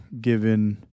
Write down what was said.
given